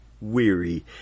weary